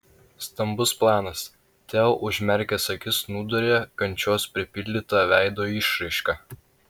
stambus planas teo užmerkęs akis snūduriuoja kančios pripildyta veido išraiška